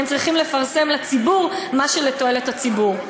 הם צריכים לפרסם לציבור מה שלתועלת הציבור.